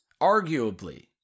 arguably